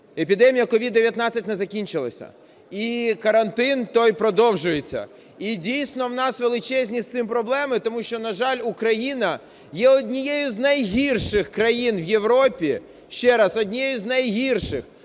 епідемія COVID-19 не закінчилася і карантин той продовжується. І дійсно у нас величезні з цим проблеми, тому що, на жаль, Україна є однією з найгірших країн в Європі, ще раз, однією з найгірших